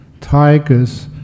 tigers